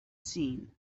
seen